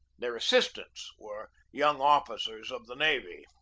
their assistants were young officers of the navy.